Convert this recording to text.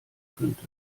könnte